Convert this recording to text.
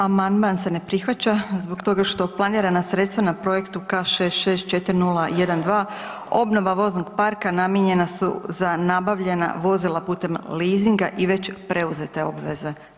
Amandman se ne prihvaća zbog toga što planirana sredstva na projektu K-664012, obnova voznog parka namijenjena su za nabavljena vozila putem leasinga i već preuzete obveze.